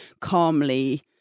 calmly